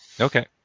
Okay